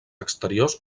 exteriors